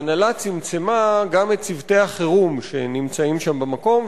ההנהלה צמצמה גם את צוותי החירום שנמצאים שם במקום,